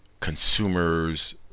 consumers